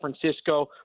Francisco